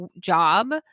job